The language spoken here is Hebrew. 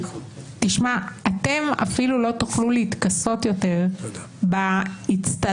אתם אפילו לא תוכלו להתכסות יותר באצטלה